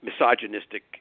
misogynistic